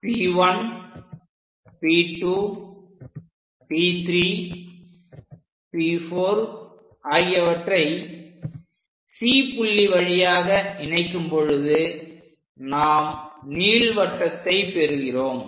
P 1 P 2 P 3P4 ஆகியவற்றை C புள்ளி வழியாக இணைக்கும் பொழுது நாம் நீள்வட்டத்தை பெறுகிறோம்